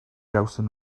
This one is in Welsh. gawson